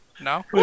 No